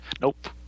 Nope